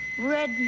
red